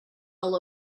all